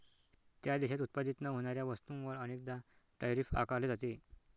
त्या देशात उत्पादित न होणाऱ्या वस्तूंवर अनेकदा टैरिफ आकारले जाते